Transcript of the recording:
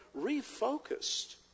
refocused